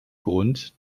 grund